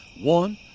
One